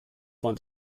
von